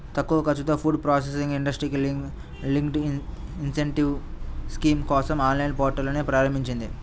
తక్కువ ఖర్చుతో food processing ఇండస్ట్రీకి లింక్డ్ ఇన్సెంటివ్ స్కీమ్ కోసం ఆన్లైన్ పోర్టల్ను ప్రారంభించింది